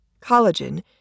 collagen